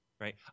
right